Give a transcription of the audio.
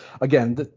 again